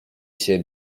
się